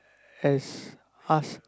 has ask